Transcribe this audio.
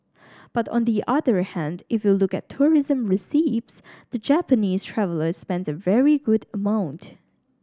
but on the other hand if you look at tourism receipts the Japanese traveller spends a very good amount